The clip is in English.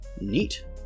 neat